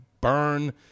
burn